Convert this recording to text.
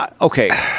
okay